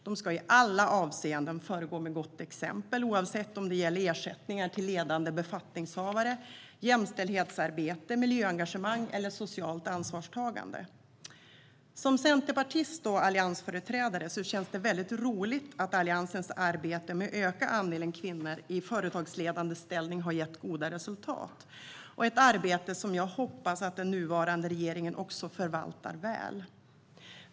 De ska i alla avseenden föregå med gott exempel, oavsett om det gäller ersättningar till ledande befattningshavare, jämställdhetsarbete, miljöengagemang eller socialt ansvarstagande. Som centerpartist och alliansföreträdare känns det väldigt roligt att Alliansens arbete med att öka andelen kvinnor i företagsledande ställning har gett goda resultat - ett arbete som jag hoppas att den nuvarande regeringen också förvaltar väl.